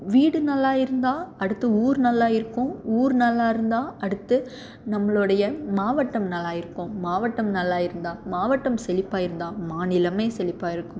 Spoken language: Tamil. வீடு நல்லா இருந்தால் அடுத்த ஊர் நல்லா இருக்கும் ஊர் நல்லா இருந்தால் அடுத்து நம்மளோடய மாவட்டம் நல்லா இருக்கும் மாவட்டம் நல்லா இருந்தால் மாவட்டம் செழிப்பாக இருந்தால் மாநிலம் செழிப்பாக இருக்கும்